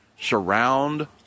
surround